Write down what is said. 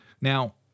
Now